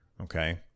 Okay